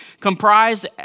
comprised